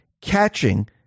catching